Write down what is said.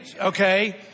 okay